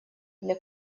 для